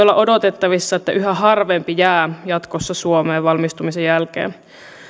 olla odotettavissa että yhä harvempi jää jatkossa suomen valmistumisen jälkeen